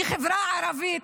כחברה הערבית,